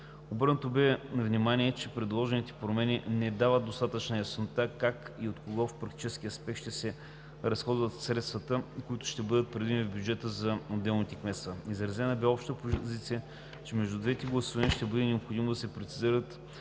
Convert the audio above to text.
Обърнато бе внимание, че предложените промени не дават достатъчна яснота как и от кого в практически аспект ще се разходват средствата, които ще бъдат предвидени в бюджета за отделните кметства. Изразена бе обща позиция, че между двете гласувания ще бъде необходимо да се прецизират